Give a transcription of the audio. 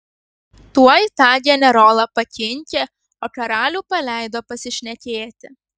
tuoj tą generolą pakinkė o karalių paleido pasišnekėti